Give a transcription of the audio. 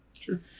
Sure